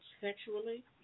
Sexually